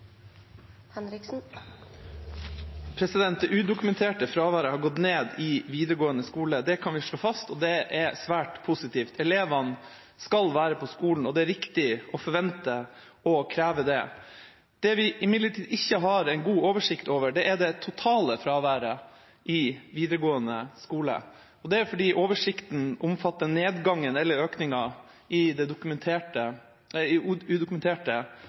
det er svært positivt. Elevene skal være på skolen, og det er riktig å forvente og kreve det. Det vi imidlertid ikke har en god oversikt over, er det totale fraværet i videregående skole. Det er fordi oversikten omfatter nedgangen eller økningen i det